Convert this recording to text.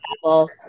Apple